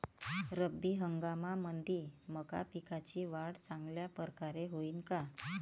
रब्बी हंगामामंदी मका पिकाची वाढ चांगल्या परकारे होईन का?